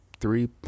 three